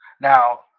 Now